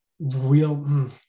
real